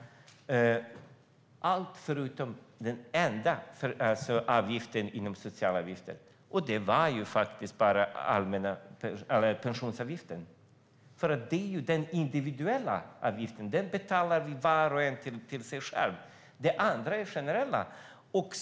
Allting utom en enda social avgift, och det var den allmänna pensionsavgiften. Det är ju den individuella avgiften. Den betalar var och en till sig själv. De andra är generella avgifter.